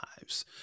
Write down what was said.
lives